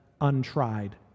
untried